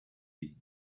been